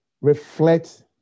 reflect